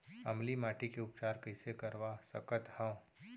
अम्लीय माटी के उपचार कइसे करवा सकत हव?